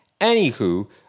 Anywho